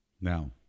Now